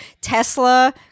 Tesla